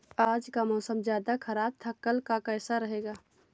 आज का मौसम ज्यादा ख़राब था कल का कैसा रहेगा?